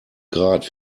grad